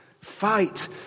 Fight